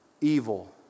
Evil